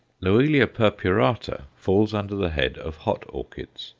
loelia purpurata falls under the head of hot orchids.